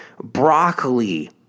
Broccoli